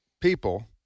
people